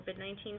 COVID-19